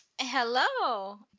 hello